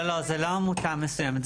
לא, לא, זו לא עמותה מסוימת.